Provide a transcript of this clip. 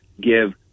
give